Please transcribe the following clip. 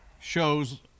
shows